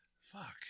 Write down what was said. Fuck